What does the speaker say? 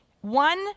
one